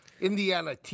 Indiana